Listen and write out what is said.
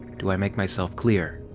do i make myself clear?